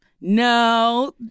No